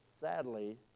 sadly